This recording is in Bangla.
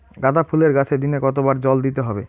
গাদা ফুলের গাছে দিনে কতবার জল দিতে হবে?